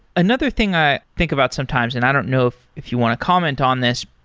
another thing i think about sometimes and i don't know if if you want a comment on this,